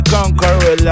Conqueror